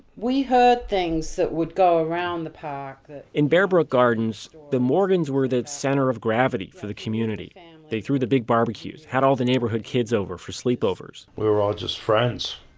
we heard things that would go around the park. in bear brook gardens, the morgans were the center of gravity for the community. they threw the big barbecues, had all the neighborhood kids over for sleepovers we were all just friends.